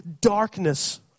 darkness